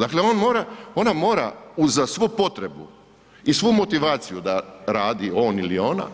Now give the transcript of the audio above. Dakle, on mora, ona mora uza svu potrebu i svu motivaciju da radi on ili ona,